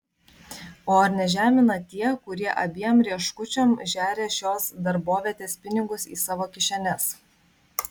o ar nežemina tie kurie abiem rieškučiom žeria šios darbovietės pinigus į savo kišenes